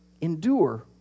endure